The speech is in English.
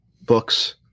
books